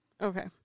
Okay